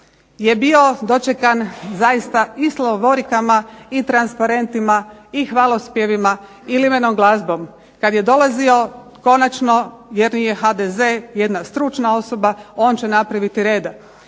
je bio dočekan zaista i slavovorikama i transparentima i hvalospjevima i limenom glazbom kad je dolazio konačno jer je HDZ jedna stručna osoba, on će napraviti reda.